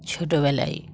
ছোটবেলায়